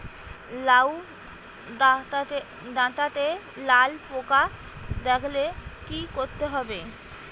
লাউ ডাটাতে লাল পোকা দেখালে কি করতে হবে?